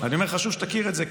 אני אומר שחשוב שתכיר את זה,